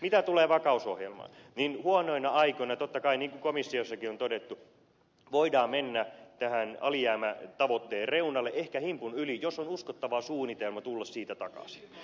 mitä tulee vakausohjelmaan niin huonoina aikoina totta kai niin kuin komissiossakin on todettu voidaan mennä tämän alijäämätavoitteen reunalle ehkä himpun yli jos on uskottava suunnitelma tulla siitä takaisin